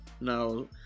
Now